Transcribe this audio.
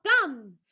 done